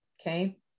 okay